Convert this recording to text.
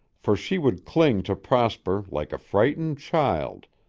for she would cling to prosper like a frightened child,